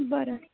बरं